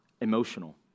emotional